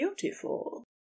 beautiful